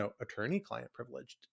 attorney-client-privileged